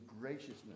graciousness